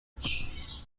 estos